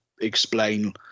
explain